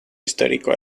histórico